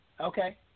Okay